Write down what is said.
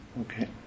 Okay